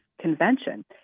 convention